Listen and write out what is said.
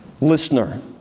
listener